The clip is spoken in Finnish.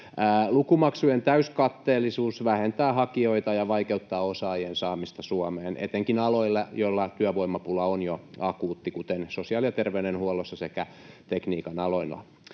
Lukumaksujen täyskatteellisuus vähentää hakijoita ja vaikeuttaa osaajien saamista Suomeen etenkin aloille, joilla työvoimapula on jo akuutti, kuten sosiaali- ja terveydenhuollossa sekä tekniikan aloilla.